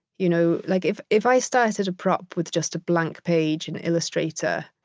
you know, like if if i started a prop with just a blank page in illustrator,